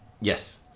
Yes